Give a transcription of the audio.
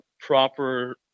proper